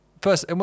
First